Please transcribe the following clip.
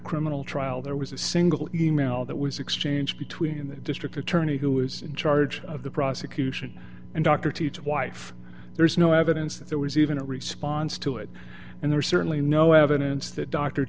criminal trial there was a single e mail that was exchanged between the district attorney who is in charge of the prosecution and dr teach wife there's no evidence that there was even a response to it and there's certainly no evidence that dr